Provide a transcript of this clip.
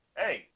hey